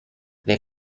les